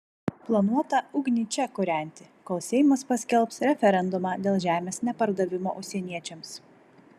planuota ugnį čia kūrenti kol seimas paskelbs referendumą dėl žemės nepardavimo užsieniečiams